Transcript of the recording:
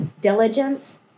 diligence